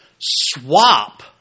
swap